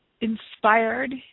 inspired